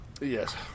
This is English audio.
Yes